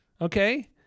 Okay